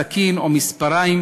סכין או מספריים,